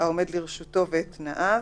העומד לרשותו ואת תנאיו,